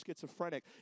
schizophrenic